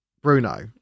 Bruno